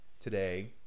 today